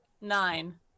Nine